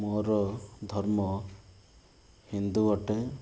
ମୋର ଧର୍ମ ହିନ୍ଦୁ ଅଟେ